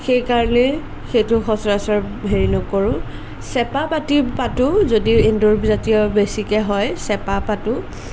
সেইকাৰণে সেইটো সচৰাচৰ হেৰি নকৰোঁ চেপা পাতি পাতোঁ যদি এন্দুৰ জাতীয় বেছিকৈ হয় চেপা পাতোঁ